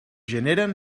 generen